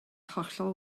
hollol